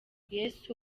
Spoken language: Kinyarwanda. yesu